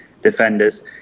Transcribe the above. Defenders